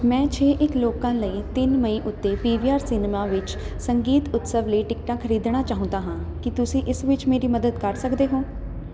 ਮੈਂ ਛੇ ਇੱਕ ਲੋਕਾਂ ਲਈ ਤਿੰਨ ਮਈ ਉੱਤੇ ਪੀਵੀਆਰ ਸਿਨੇਮਾ ਵਿੱਚ ਸੰਗੀਤ ਉਤਸਵ ਲਈ ਟਿਕਟਾਂ ਖਰੀਦਣਾ ਚਾਹੁੰਦਾ ਹਾਂ ਕੀ ਤੁਸੀਂ ਇਸ ਵਿੱਚ ਮੇਰੀ ਮਦਦ ਕਰ ਸਕਦੇ ਹੋ